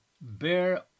bear